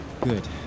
Good